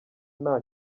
nta